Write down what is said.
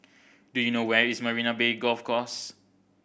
do you know where is Marina Bay Golf Course